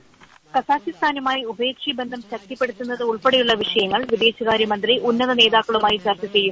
പോയ്സ് കസാഖിസ്ഥാനുമായി ഉഭയുകുക്ഷി ബന്ധം ശക്തിപ്പെടുത്തുന്നത് ഉൾപ്പെടെയുള്ള വിഷയങ്ങൾ വിദേശകാര്യ മന്ത്രി ഉന്നത നേതാക്കളുമായി ചർച്ച ചെയ്യും